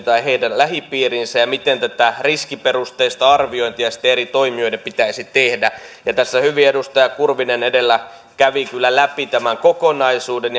tai heidän lähipiiriinsä ja siihen miten tätä riskiperusteista arviointia sitten eri toimijoiden pitäisi tehdä tässä hyvin edustaja kurvinen edellä kävi kyllä läpi tämän kokonaisuuden